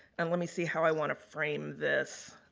and, let me see how i want to frame this.